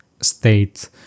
state